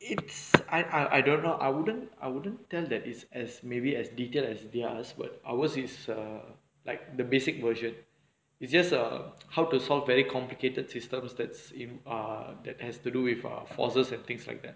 it's I I don't know I wouldn't I wouldn't tell that it's as maybe as detailed as the others but ours is err like the basic version it's just err how to solve very complicated system starts in err that has to do with our forces and things like that